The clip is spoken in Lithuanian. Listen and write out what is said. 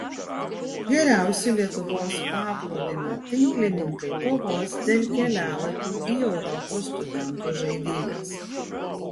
geriausi lietuvos paplūdimio tinklininkai kovos dėl kelialapių į europos studentų žaidynes